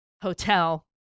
Hotel